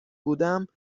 بودم